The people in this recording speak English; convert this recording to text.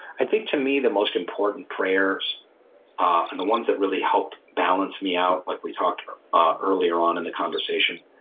i think to me, the most important prayers and the ones that really help balance me out, like we talked ah earlier on in the conversation,